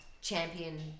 champion